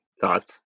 thoughts